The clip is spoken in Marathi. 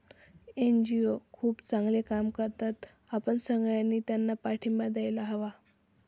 एन.जी.ओ खूप चांगले काम करतात, आपण सगळ्यांनी त्यांना पाठिंबा द्यायला हवा